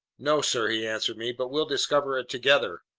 no, sir, he answered me, but we'll discover it together.